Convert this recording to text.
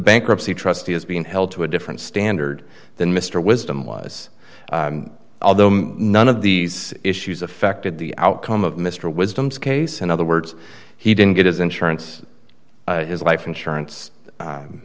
bankruptcy trustee is being held to a different standard than mr wisdom was although none of these issues affected the outcome of mr wisdoms case in other words he didn't get his insurance his life insurance